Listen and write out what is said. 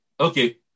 Okay